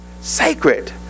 sacred